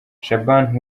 shaban